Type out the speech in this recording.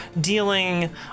dealing